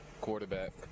quarterback